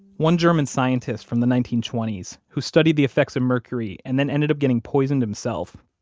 one german scientist from the nineteen twenty s who studied the effects of mercury, and then ended up getting poisoned himself,